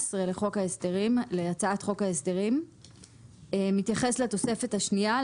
17 להצעת חוק ההסדרים מתייחס לתוספת השנייה,